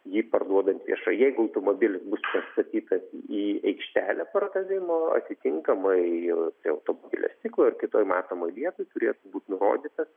jį parduodant viešai jeigu automobilis bus atstatytas į aikštelę pardavimo atitinkamai prie automobilio stiklo ir kitoj matomoj vietoj turėtų būt nurodytas